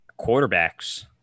quarterbacks